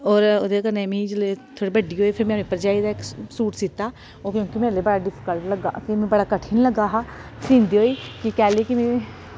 और ओह्दे कन्नै मिगी जेल्लै थोह्ड़ी बड्डी होई फ्ही में भरजाई दा इक सूट सीह्ता ओह् क्यूंकि मेरे लेई बड़ा डिफिकल्ट लग्गा की मि बड़ा कठिन लग्गा हा सीह्ंदे होई कि कैली कि में